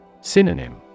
Synonym